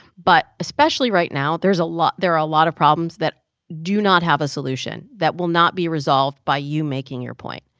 but especially right now, there's a lot there are a lot of problems that do not have a solution that will not be resolved by you making your point.